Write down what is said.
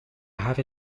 have